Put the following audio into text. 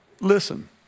Listen